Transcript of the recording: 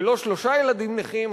ולא שלושה ילדים נכים,